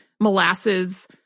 molasses